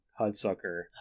*Hudsucker*